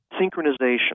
Synchronization